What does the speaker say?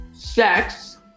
Sex